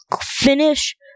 finish